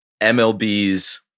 MLBs